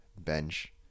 bench